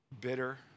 bitter